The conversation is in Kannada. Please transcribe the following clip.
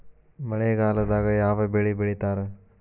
ಮಳೆಗಾಲದಾಗ ಯಾವ ಬೆಳಿ ಬೆಳಿತಾರ?